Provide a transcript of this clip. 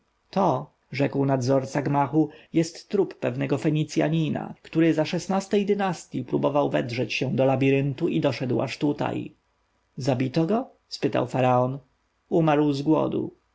to rzekł dozorca gmachu jest trup pewnego fenicjanina który za ej dynastyi próbował wedrzeć się do labiryntu i doszedł aż tutaj zabito go spytał faraon umarł z głodu